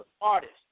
artist